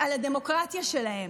על הדמוקרטיה שלהם.